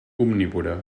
omnívora